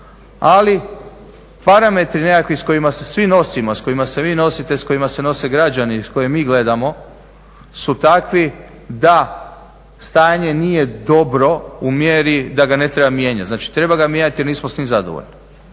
Ali parametri nekakvi s kojima se svi nosimo, s kojima se vi nosite, s kojima se nose građani i koje mi gledamo su takvi da stanje nije dobro u mjeri da ga ne treba mijenjati. Znači treba ga mijenjati jer nismo s njim zadovoljni.